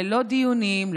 ללא דיונים,